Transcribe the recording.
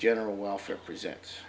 general welfare presents